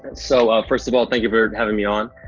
so, first of all, thank you for having me on.